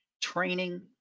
training